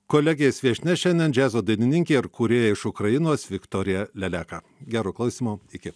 kolegės viešnia šiandien džiazo dainininkė ir kūrėja iš ukrainos viktorija leleka gero klausymo iki